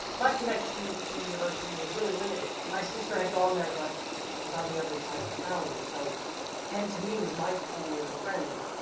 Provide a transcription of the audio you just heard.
my connection to the university was really limited. my sister had gone there but it was on the other side of town, so kent, to me, was my school and friends.